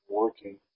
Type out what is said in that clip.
working